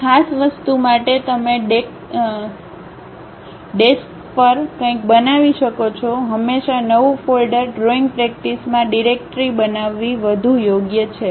કોઈ ખાસ વસ્તુ માટે તમે ડેસ્કટપ પર કંઈક બનાવી શકો છો હંમેશાં નવું ફોલ્ડર ડ્રોઇંગ પ્રેક્ટિસમાં ડિરેક્ટરી બનાવવી વધુ યોગ્ય છે